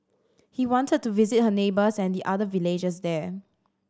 he wanted to visit her neighbours and the other villagers there